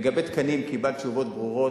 לגבי תקנים, קיבלת תשובות ברורות,